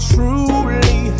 truly